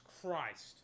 christ